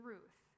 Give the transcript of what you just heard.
Ruth